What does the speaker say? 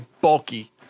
bulky